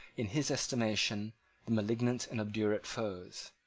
in his estimation, the malignant and obdurate foes.